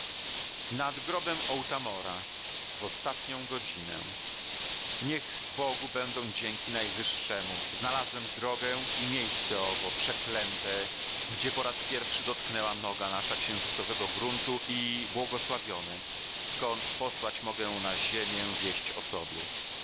nikt już ciszy jego nie zamąci niech bogu będą dzięki najwyższemu znalazłem drogę i miejsce owo przeklęte gdzie po raz pierwszy dotknęła noga nasza księżycowego gruntu i błogosławione skąd posłać mogę na ziemię wieść o sobie